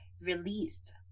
released